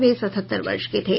वे सतहत्तर वर्ष के थे